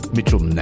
Mitchell